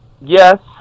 yes